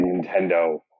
Nintendo